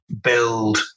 build